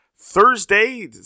Thursday